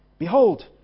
Behold